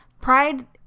Pride